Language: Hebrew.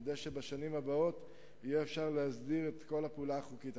כדי שבשנים הבאות יהיה אפשר להסדיר את כל הפעולה החוקית.